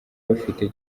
bafite